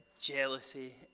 jealousy